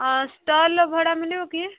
ଅ ଷ୍ଟଲ୍ ଭଡ଼ା ମିଳିବ କି